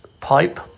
pipe